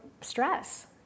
stress